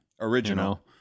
Original